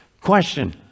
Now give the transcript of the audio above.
Question